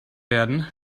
werden